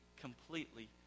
completely